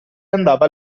andava